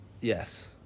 yes